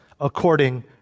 according